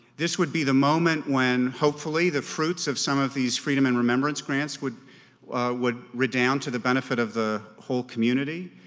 this would be the moment when hopefully the fruits of some of these freedom and remembrance grants would would redound to the benefit of the whole community.